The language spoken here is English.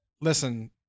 Listen